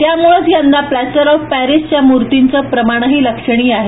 त्यामुळंच यंदा plaster of पॅरिसच्या मुर्तींचं प्रमाणही लक्षणीय आहे